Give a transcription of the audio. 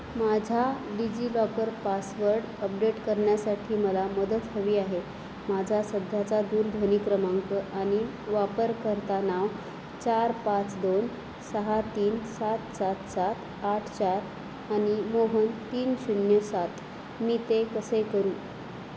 माझा DigiLocker password update करण्यासाठी मला मदत हवी आहे माझा सध्याचा दूरध्वनी क्रमांक आणि वापरकर्ता नाव चार पाच दोन सहा तीन सात सात सात आठ चार आणि मोहन तीन शून्य सात मी ते कसे करू